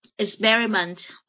experiment